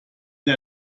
der